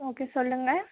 okay சொல்லுங்க